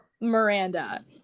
miranda